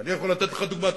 ואני יכול לתת לך דוגמה.